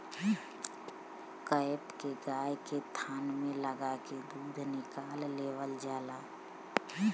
cap के गाय के थान में लगा के दूध निकाल लेवल जाला